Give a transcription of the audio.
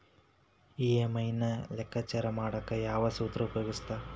EMI ನ ಲೆಕ್ಕಾಚಾರ ಮಾಡಕ ಯಾವ್ ಸೂತ್ರ ಉಪಯೋಗಿಸ್ತಾರ